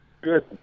good